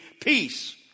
peace